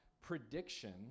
prediction